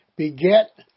beget